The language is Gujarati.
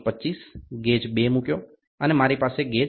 25 ગેજ 2 મૂક્યો અને મારી પાસે ગેજ 1 છે